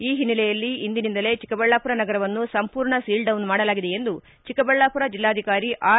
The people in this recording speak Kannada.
ಈ ಹಿನ್ನೆಲೆಯಲ್ಲಿ ಇಂದಿನಿಂದಲೇ ಚಿಕ್ಕಬಳ್ಳಾಪುರ ನಗರವನ್ನು ಸಂಪೂರ್ಣ ಸೀಲ್ಡೌನ್ ಮಾಡಲಾಗಿದೆ ಎಂದು ಚಿಕ್ಕಬಳ್ಳಾಪುರ ಜಿಲ್ಲಾಧಿಕಾರಿ ಆರ್